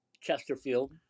Chesterfield